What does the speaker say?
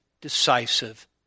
decisive